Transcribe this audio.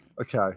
okay